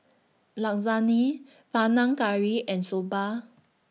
Lasagne Panang Curry and Soba